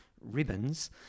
ribbons